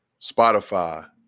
Spotify